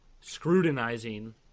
scrutinizing